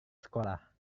sekolah